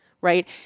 right